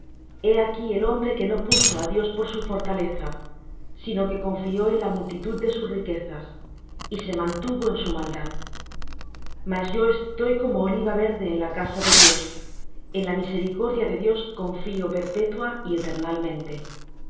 he aquí el hombre que no puso á dios por su fortaleza sino que confió en la multitud de sus riquezas y se mantuvo en su maldad mas yo estoy como oliva verde en la casa de dios en la misericordia de dios confío perpetua y eternalmente